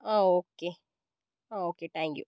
ആ okay okay thank U